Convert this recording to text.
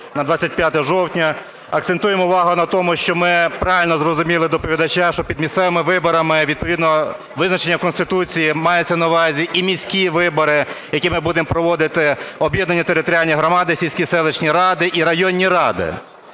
на 25 жовтня. Акцентуємо увагу на тому, що ми правильно зрозуміли доповідача, що під місцевими виборами відповідно визначення Конституції мається на увазі і міські вибори, які ми будемо проводити, об'єднані територіальні громади, сільські, селищні ради і районні ради.